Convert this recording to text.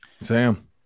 Sam